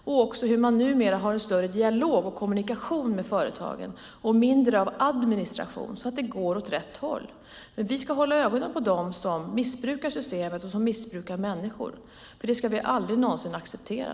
Man har numera också mer dialog och kommunikation med företagen och mindre av administration. Det går alltså åt rätt håll. Men vi ska hålla ögonen på dem som missbrukar systemet och som missbrukar människor, för det ska vi aldrig någonsin acceptera.